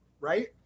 right